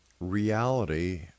reality